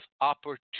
opportunity